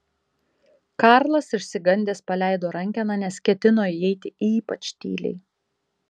karlas išsigandęs paleido rankeną nes ketino įeiti ypač tyliai